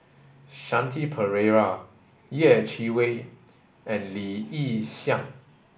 Shanti Pereira Yeh Chi Wei and Lee Yi Shyan